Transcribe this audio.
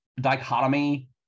dichotomy